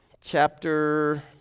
chapter